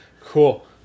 cool